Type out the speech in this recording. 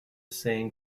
saying